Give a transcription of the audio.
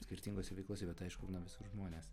skirtingose veiklose bet aišku visur žmonės